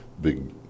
big